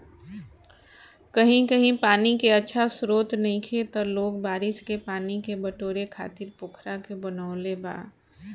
कही कही पानी के अच्छा स्त्रोत नइखे त लोग बारिश के पानी के बटोरे खातिर पोखरा के बनवले बा